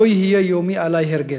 לא יהיה יומי עלי הרגל,